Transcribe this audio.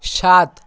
সাত